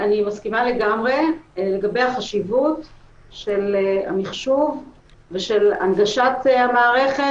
אני מסכימה לגמרי לגבי החשיבות של המחשוב ושל הנגשת המערכת